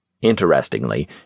Interestingly